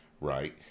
Right